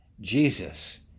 Jesus